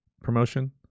promotion